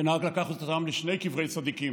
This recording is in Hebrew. ונהג לקחת אותם לשני קברי צדיקים,